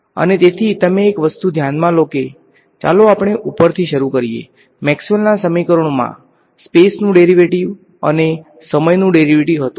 અને તેથી તમે એક વસ્તુ ધ્યાનમાં લો કે ચાલો આપણે ઉપરથી શરૂ કરીએ મેક્સવેલના સમીકરણોમાં સ્પેસનુ ડેરીવેટીવ અને સમયનું ડેરીવેટીવ હતું